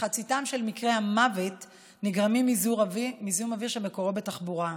מחציתם של מקרי המוות נגרמים מזיהום אוויר שמקורו בתחבורה.